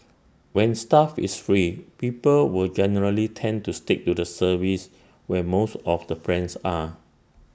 when stuff is free people will generally tend to stick to the service when most of the friends are